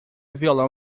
violão